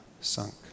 sunk